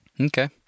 Okay